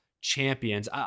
champions